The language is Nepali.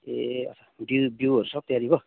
ए अच्छा डिल बिउहरू सब तयारी भयो